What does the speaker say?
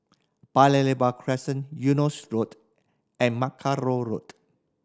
Paya Lebar Crescent Eunos Road and Mackerrow Road